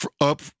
up